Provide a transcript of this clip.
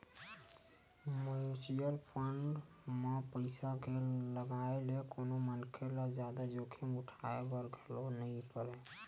mutual fund म पइसा के लगाए ले कोनो मनखे ल जादा जोखिम उठाय बर घलो नइ परय